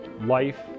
life